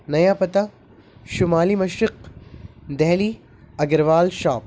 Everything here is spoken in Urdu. نیا پتہ شمالی مشرق دہلی اگروال شاپ